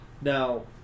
Now